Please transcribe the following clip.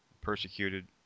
persecuted